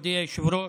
מכובדי היושב-ראש,